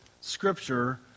scripture